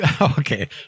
Okay